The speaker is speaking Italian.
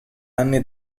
anni